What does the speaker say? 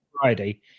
Friday